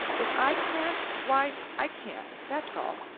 if i can, why, i can that's all.